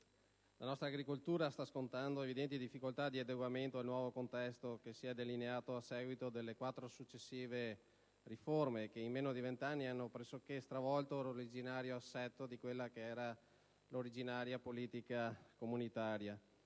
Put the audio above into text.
La nostra agricoltura sta scontando evidenti difficoltà di adeguamento al nuovo contesto delineatosi a seguito delle quattro successive riforme che, in meno di vent'anni, hanno pressoché stravolto l'originario assetto della originaria politica comunitaria.